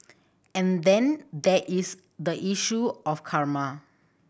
and then there is the issue of karma